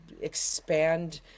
expand